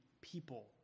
people